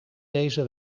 deze